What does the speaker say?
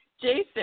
Jason